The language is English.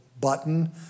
button